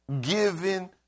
given